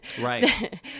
right